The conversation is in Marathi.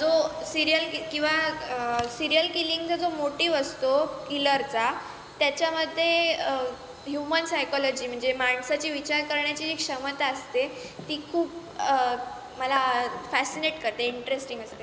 जो सिरियल कि किंवा सिरियल किलिंगचा जो मोटीव असतो किलरचा त्याच्यामध्ये ह्युमन सायकॉलॉजी म्हणजे माणसाची विचार करण्याची क्षमता असते ती खूप मला फॅसिनेट करते इंट्रेस्टिंग असते